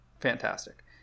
fantastic